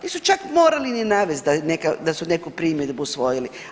Nisu čak morali niti navesti da su neku primjedbu usvojili.